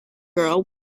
girl